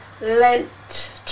Lent